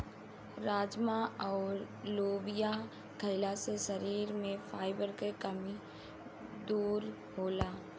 राजमा अउर लोबिया खईला से शरीर में फाइबर के कमी दूर होला